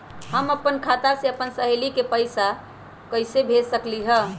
हम अपना खाता से अपन सहेली के खाता पर कइसे पैसा भेज सकली ह?